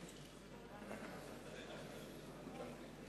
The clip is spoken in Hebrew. בן מסעוד,